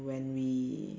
when we